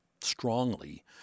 strongly